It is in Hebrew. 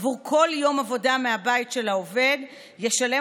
עבור כל יום עבודה מהבית של העובד ישלם